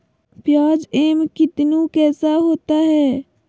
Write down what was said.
प्याज एम कितनु कैसा होता है?